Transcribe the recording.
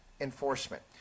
enforcement